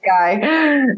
guy